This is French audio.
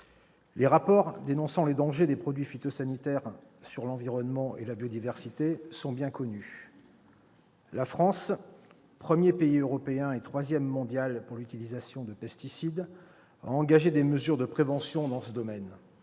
Les rapports dénonçant les dangers des produits phytosanitaires sur l'environnement et la biodiversité sont bien connus. La France, premier pays européen et troisième mondial pour l'utilisation de pesticides, a engagé des mesures de prévention dans ce domaine,